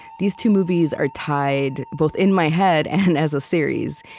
these two movies are tied both in my head and as a series.